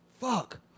Fuck